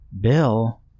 Bill